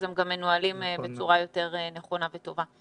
הם גם מנוהלים בצורה יותר נכונה וטובה.